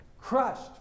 crushed